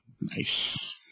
Nice